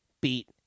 beat